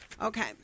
okay